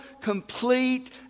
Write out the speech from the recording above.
complete